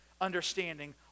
understanding